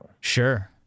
Sure